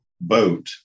boat